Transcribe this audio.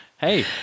Hey